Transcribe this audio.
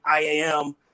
IAM